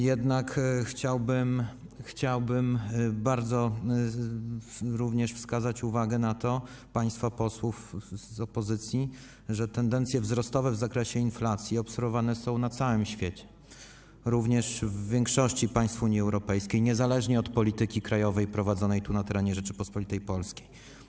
Jednak chciałbym również zwrócić uwagę państwa posłów z opozycji na to, że tendencje wzrostowe w zakresie inflacji obserwowane są na całym świecie, również w większości państw Unii Europejskiej, niezależnie od polityki krajowej prowadzonej tu, na terenie Rzeczypospolitej Polskiej.